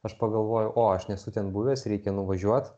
aš pagalvojau o aš nesu ten buvęs reikia nuvažiuot